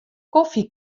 kofje